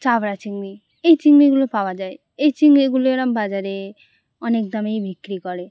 চাপড়া চিংড়ি এই চিংড়িগুলো পাওয়া যায় এই চিংড়িগুলো এরকম বাজারে অনেক দামেই বিক্রি করে